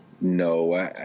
no